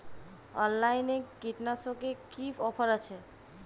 অনলাইনে কীটনাশকে কি অফার আছে?